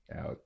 out